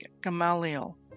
Gamaliel